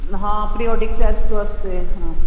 ਹਾਂ pre boarding test ਵਾਸਤੇ ਹਾਂ